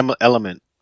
element